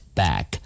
back